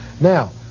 Now